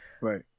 Right